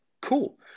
Cool